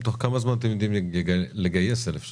תוך כמה זמן אתם יודעים לגייס 1,000 שוטרים?